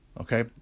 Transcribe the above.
Okay